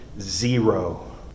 Zero